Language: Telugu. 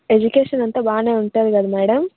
ఎడ్యుకేషన్ అంతా బాగానే ఉంటుంది కదా మ్యాడం